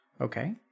okay